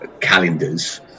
calendars